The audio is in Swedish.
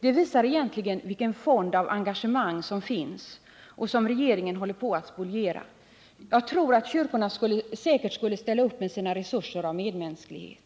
Det visar egentligen vilken fond av engagemang som finns och som regeringen håller på att spoliera. Jag tror att kyrkorna säkert skulle ställa upp med sina resurser av medmänsklighet.